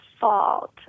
fault